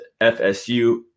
FSU